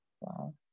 Wow